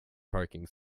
parking